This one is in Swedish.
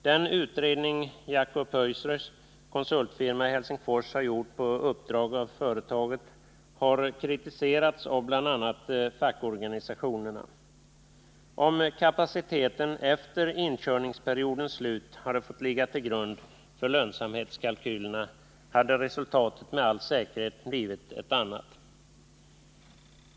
Den utredning Jakko Pöyrys konsultfirma i Helsingfors har gjort på uppdrag av företaget har kritiserats av bl.a. fackorganisationerna. Om kapaciteten efter inkörningsperiodens slut hade fått ligga till grund för lönsamhetskalkylerna hade resultatet med all säkerhet blivit ett annat.